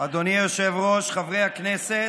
אדוני היושב-ראש, חברי הכנסת,